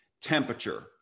Temperature